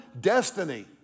destiny